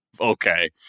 okay